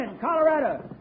Colorado